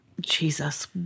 Jesus